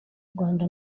rwanda